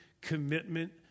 commitment